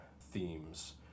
themes